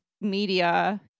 media